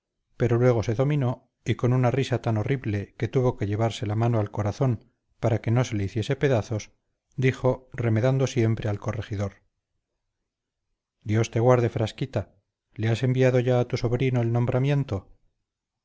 pero luego se dominó y con una risa tan horrible que tuvo que llevarse la mano al corazón para que no se le hiciese pedazos dijo remedando siempre al corregidor dios te guarde frasquita le has enviado ya a tu sobrino el nombramiento